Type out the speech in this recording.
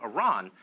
Iran